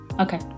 Okay